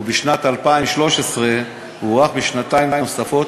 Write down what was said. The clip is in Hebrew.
ובשנת 2013 הוארך תוקפו